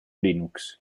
linux